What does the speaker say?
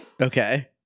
Okay